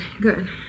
good